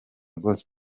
gospel